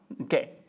Okay